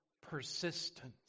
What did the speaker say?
persistence